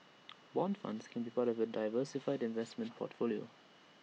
Bond funds can be part of A diversified investment portfolio